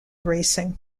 racing